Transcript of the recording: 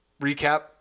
recap